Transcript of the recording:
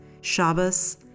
shabbos